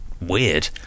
weird